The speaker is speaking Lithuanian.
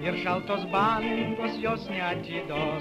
ir šaltos bangos jos neatiduos